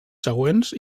següents